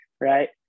right